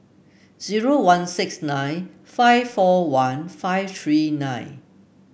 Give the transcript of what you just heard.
zero one six nine five four one five three nine